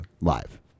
live